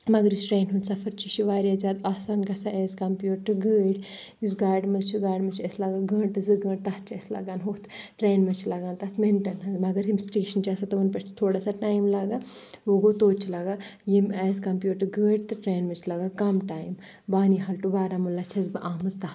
مگر یُس ٹرٛینہِ ہُنٛد سَفَر چھُ یہِ چھُ واریاہ زیادٕ آسان گژھان ایز کَمپِیٲڈ ٹُو گٲڑۍ یُس گاڑِ منٛز چھِ گاڑِ منٛز چھِ أسۍ لَگان گٲنٛٹہٕ زٕ گٲنٛٹہٕ تَتھ چھِ اَسہِ لَگان ہُتھ ٹرٛینہِ منٛز چھِ لَگان تَتھ مِنٹَن ہٕنٛز مگر یِم سٹیشَن چھِ آسان تِمَن پٮ۪ٹھ چھِ تھوڑا سا ٹایِم لَگان وٕ گوٚو توتہِ چھِ لَگان یِم ایز کَمپیٲڈ ٹُو گٲڑۍ تہٕ ٹرٛینہِ منٛز چھِ لَگان کَم ٹایم بانِحال ٹُو بارہمولہ چھَس بہٕ آمٕژ تَتھ مَنٛز